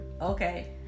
Okay